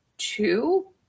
two